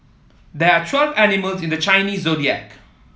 there are twelve animals in the Chinese Zodiac